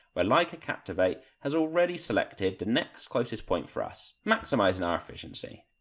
where leica captivate has already selected the next closest point for us, maximising our efficiency.